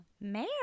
Mayor